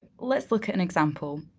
let's look at an example.